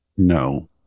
no